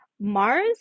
mars